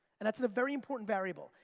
and that's a very important variable.